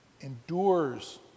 endures